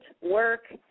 work